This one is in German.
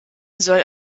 soll